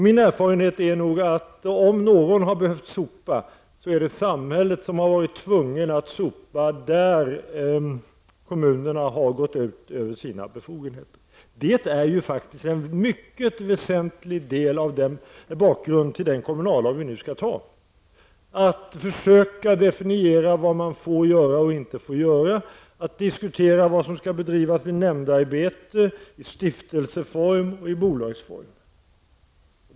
Min erfarenhet är nog att om någon har behövt sopa, så är det samhället som har varit tvunget att sopa där kommunerna har gått utöver sina befogenheter. Det är faktiskt en mycket väsentlig del av bakgrunden till den kommunallag som vi nu skall anta -- att försöka definiera vad man får göra och inte får göra, att diskutera vad som skall bedrivas i nämndarbete, i stiftelseform och i bolagsform.